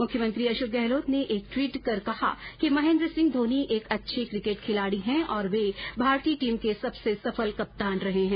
मुख्यमंत्री अशोक गहलोत ने एक ट्वीट कर कहा कि महेन्द्र सिंह धोनी एक अच्छे किकेट खिलाड़ी हैं और वे भारतीय टीम के सबसे सफल कप्तान रहे हैं